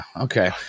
okay